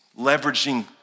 leveraging